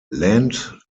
land